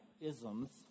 isms